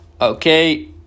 Okay